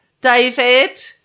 David